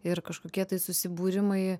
ir kažkokie tai susibūrimai